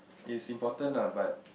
is important lah but